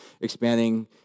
expanding